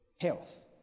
health